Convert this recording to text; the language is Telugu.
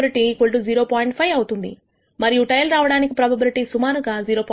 5 అవుతుంది మరియు టేయిల్ రావడానికి ప్రోబబిలిటీ సుమారుగా 0